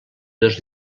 dos